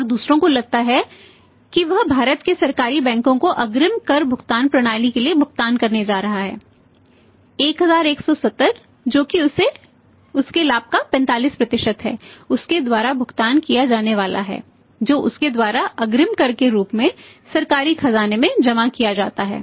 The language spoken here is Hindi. और दूसरों को लगता है कि वह भारत के सरकारी बैंकों को अग्रिम कर भुगतान प्रणाली के लिए भुगतान करने जा रहा है 1170 जो कि उसके लाभ का 45 है उसके द्वारा भुगतान किया जाने वाला है जो उसके द्वारा अग्रिम कर के रूप में सरकारी खजाने में जमा किया जाता है